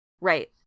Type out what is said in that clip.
right